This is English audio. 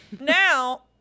now